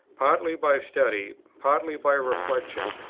partly by study, partly by reflection,